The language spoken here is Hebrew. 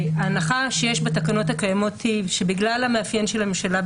ההנחה שיש בתקנות הקיימות היא שבגלל המאפיין של הממשלה,